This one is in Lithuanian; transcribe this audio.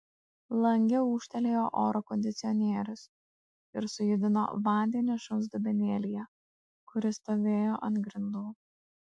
lange ūžtelėjo oro kondicionierius ir sujudino vandenį šuns dubenėlyje kuris stovėjo ant grindų